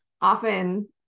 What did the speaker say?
often